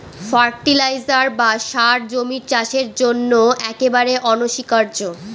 fertiliser বা সার জমির চাষের জন্য একেবারে অনস্বীকার্য